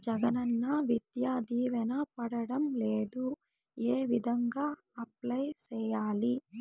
జగనన్న విద్యా దీవెన పడడం లేదు ఏ విధంగా అప్లై సేయాలి